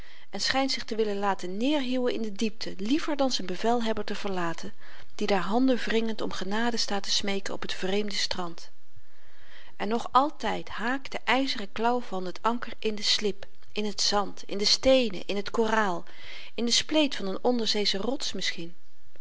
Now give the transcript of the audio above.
en schynt zich te willen laten neerhieuwen in de diepte liever dan z'n bevelhebber te verlaten die daar handenwringend om genade staat te smeeken op t vreemde strand en nog altyd haakt de yzeren klauw van het anker in de slib in t zand in de steenen in t koraal in de spleet van n onderzeesche rots misschien